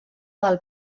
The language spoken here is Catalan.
del